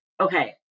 okay